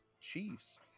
Chiefs